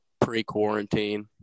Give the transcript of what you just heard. Pre-quarantine